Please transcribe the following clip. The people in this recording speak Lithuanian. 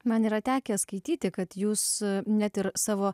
man yra tekę skaityti kad jūs net ir savo